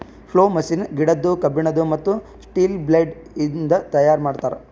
plough machine ಗಿಡದ್ದು, ಕಬ್ಬಿಣದು, ಮತ್ತ್ ಸ್ಟೀಲ ಬ್ಲೇಡ್ ಇಂದ ತೈಯಾರ್ ಮಾಡ್ತರ್